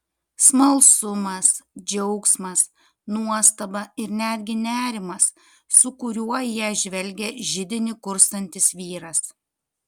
smalsumas džiaugsmas nuostaba ir netgi nerimas su kuriuo į ją žvelgė židinį kurstantis vyras